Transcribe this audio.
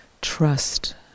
trust